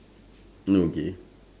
no okay